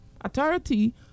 authority